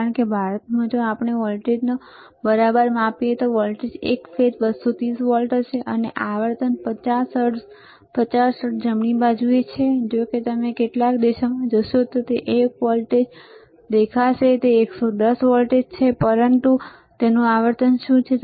કારણ કે ભારતમાં જો આપણે વોલ્ટેજને બરાબર માપીએ તો વોલ્ટેજ એક ફેઝ 230 વોલ્ટ હશે અને આવર્તન 50 હર્ટ્ઝ 50 હર્ટ્ઝ જમણી બાજુએ છેજો કે જો તમે કેટલાક દેશોમાં જશો તો તમને એક વોલ્ટેજ પણ દેખાશે જે 110 વોલ્ટ છે પરંતુ તેમાં આવર્તન શું છે